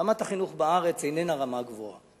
רמת החינוך בארץ אינה רמה גבוהה.